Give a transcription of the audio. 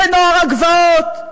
בנוער הגבעות,